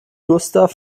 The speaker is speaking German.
gustav